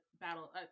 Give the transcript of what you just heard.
battle